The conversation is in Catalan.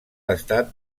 estat